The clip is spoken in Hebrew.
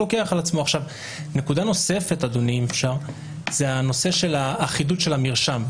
נקודה נוספת היא הנושא של אחידות המרשם.